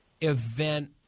event